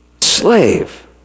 Slave